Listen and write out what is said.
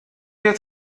wir